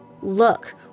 Look